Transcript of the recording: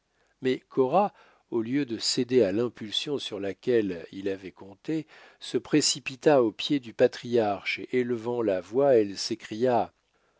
mais cora au lieu de céder à l'impulsion sur laquelle il avait compté se précipita aux pieds du patriarche et élevant la voix elle s'écria